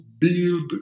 build